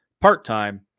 part-time